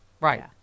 Right